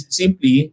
simply